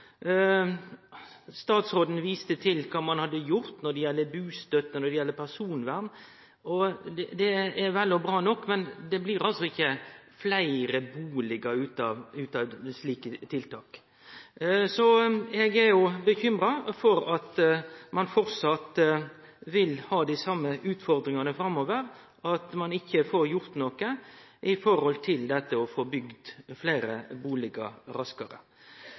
Statsråden viste til kva ein hadde gjort når det gjeld bustønad og personvern. Det er vel og bra, men det blir altså ikkje fleire bustader av slike tiltak. Eg er bekymra for at ein vil ha dei same utfordringane framover, at ein ikkje får gjort noko når det gjeld det å få bygd fleire bustader raskare.